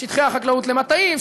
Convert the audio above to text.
שטחי החקלאות למטעים,